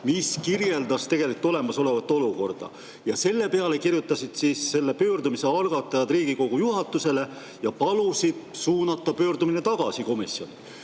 mis kirjeldas olemasolevat olukorda. Selle peale kirjutasid pöördumise algatajad Riigikogu juhatusele ja palusid suunata pöördumise tagasi komisjoni.